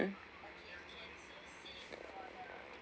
mm